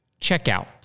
checkout